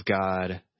God